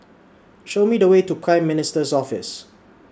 Show Me The Way to Prime Minister's Office